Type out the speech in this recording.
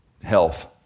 health